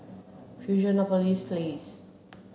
Fusionopolis Place